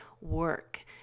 work